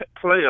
play